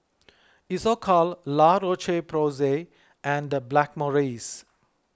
Isocal La Roche Porsay and Blackmores